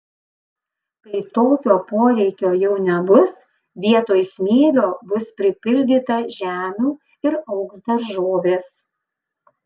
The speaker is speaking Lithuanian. kai tokio poreikio jau nebus vietoj smėlio bus pripildyta žemių ir augs daržovės